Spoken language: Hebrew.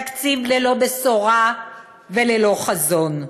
תקציב ללא בשורה וללא חזון.